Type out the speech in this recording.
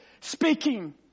speaking